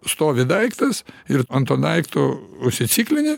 stovi daiktas ir ant to daikto užsiciklinę